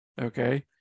okay